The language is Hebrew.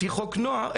לפי חוק הנוער,